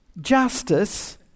justice